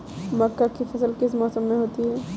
मक्का की फसल किस मौसम में होती है?